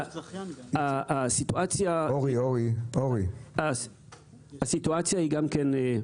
הסיטואציה היא גם כן,